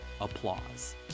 applause